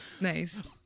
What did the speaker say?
Nice